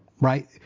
right